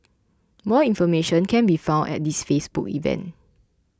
more information can be found at this Facebook event